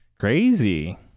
crazy